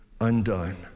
undone